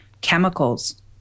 chemicals